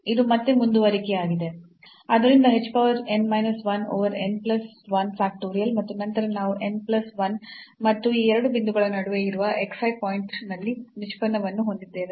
ಆದ್ದರಿಂದ h power n plus 1 over n plus 1 factorial ಮತ್ತು ನಂತರ ನಾವು n plus 1 ಮತ್ತು ಈ ಎರಡು ಬಿಂದುಗಳ ನಡುವೆ ಇರುವ xi ಪಾಯಿಂಟ್ ನಲ್ಲಿ ನಿಷ್ಪನ್ನವನ್ನು ಹೊಂದಿದ್ದೇವೆ